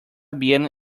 bien